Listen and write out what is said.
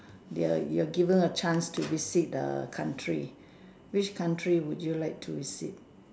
they are you are given a chance to visit a country which country would you like to visit